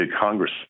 Congress